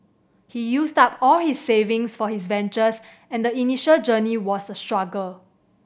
he used up all his savings for his ventures and the initial journey was a struggle